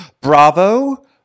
Bravo